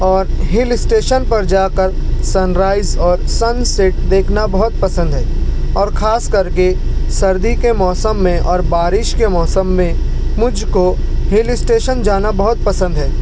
اور hill station پر جا کر سنرائز اور سنسیٹ دیکھنا بہت پسند ہے اور خاص کر کے سردی کے موسم میں اور بارش کے موسم میں مجھ کو ہل اسٹیشن جانا بہت پسند ہے